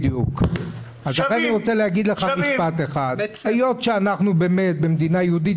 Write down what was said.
אני רוצה להגיד לך משפט אחד: היות ואנחנו במדינה יהודית,